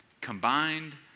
combined